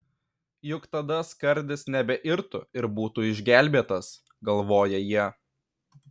juk tada skardis nebeirtų ir būtų išgelbėtas galvoja jie